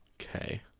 okay